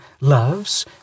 loves